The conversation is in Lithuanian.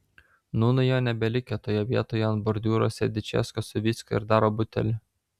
nūnai jo nebelikę toje vietoje ant bordiūro sėdi česka su vycka ir daro butelį